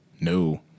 No